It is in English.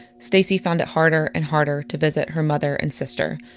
stacie found it harder and harder to visit her mother and sister,